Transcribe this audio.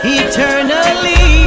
eternally